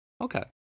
okay